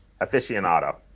Aficionado